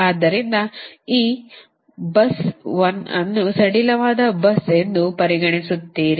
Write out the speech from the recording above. ಆದ್ದರಿಂದ ಈ bus 1 ಅನ್ನು ಸಡಿಲವಾದ bus ಎಂದು ಪರಿಗಣಿಸುತ್ತೀರಿ